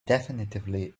definitively